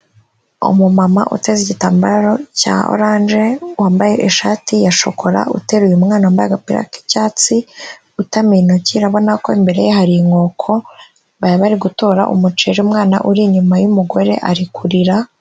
Umumama uteze igitambaro cya oranje, wambaye ishati ya shokora, uteruye umwana wambaye agapira k'icyatsi, utamiye intoki, urabona ko imbere ye hari inkoko bari bari gutora umuceri, umwana uri inyuma y'umugore ari kurira,...